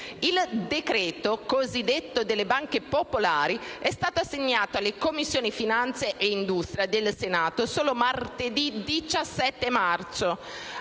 Il decreto, cosiddetto delle banche popolari, è stato assegnato alle Commissioni finanze e industria del Senato solo martedì 17 marzo.